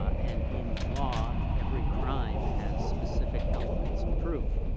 and in the law, every crime has specific elements of proof.